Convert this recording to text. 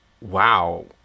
wow